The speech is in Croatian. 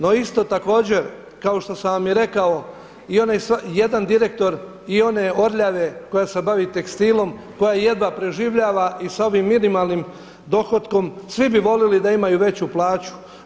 No isto također kao što sam već i rekao i onaj jedan direktor i one Orljave koja se bavi tekstilom, koja jedva preživljava i sa ovim minimalnim dohotkom svi bi volili da imaju veću plaću.